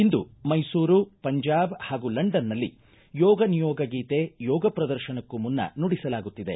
ಇಂದು ಮೈಸೂರು ಪಂಜಾಬ್ ಹಾಗೂ ಲಂಡನ್ನಲ್ಲಿ ಯೋಗ ನಿಯೋಗ ಗೀತೆ ಯೋಗ ಪ್ರದರ್ಶನಕ್ಕೂ ಮುನ್ನ ನುಡಿಸಲಾಗುತ್ತಿದೆ